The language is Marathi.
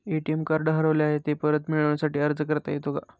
ए.टी.एम कार्ड हरवले आहे, ते परत मिळण्यासाठी अर्ज करता येतो का?